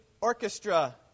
Orchestra